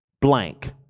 blank